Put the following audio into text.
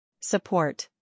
Support